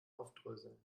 aufdröseln